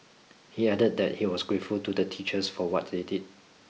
he added that he was grateful to the teachers for what they did